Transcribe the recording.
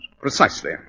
Precisely